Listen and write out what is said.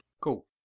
Cool